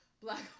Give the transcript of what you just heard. Black